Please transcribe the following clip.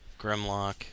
Grimlock